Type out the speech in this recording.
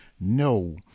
No